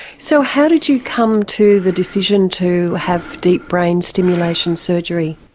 so how did you come to the decision to have deep brain stimulation surgery?